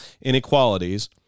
inequalities